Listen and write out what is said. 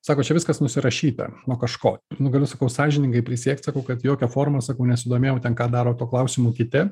sako čia viskas nusirašyta nuo kažko nu galiu sakau sąžiningai prisiekt sakau kad jokia forma sakau nesidomėjau ten ką daro tuo klausimu kiti